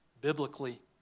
Biblically